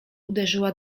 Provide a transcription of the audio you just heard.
uderzyła